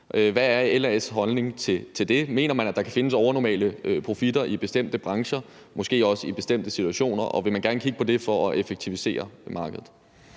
Hvad er LA's holdning til det? Mener man, at der kan findes overnormale profitter i bestemte brancher, måske også i bestemte situationer, og vil man gerne kigge på det for at effektivisere markedet?